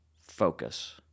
focus